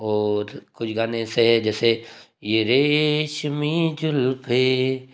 और कुछ गाने ऐसे है जैसे ये रेशमी जुलफ़े